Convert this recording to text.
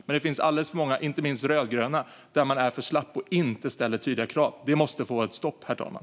Men det finns alldeles för många, inte minst rödgröna, där man är för slapp och inte ställer tydliga krav. Det måste få ett stopp, herr talman.